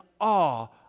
awe